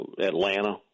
Atlanta